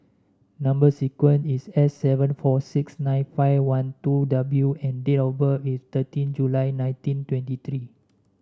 number sequence is S seven four six nine five one two W and date of birth is thirteen July nineteen twenty three